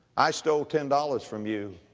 i stole ten dollars from you